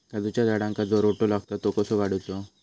काजूच्या झाडांका जो रोटो लागता तो कसो काडुचो?